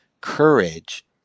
courage